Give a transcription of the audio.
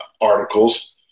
articles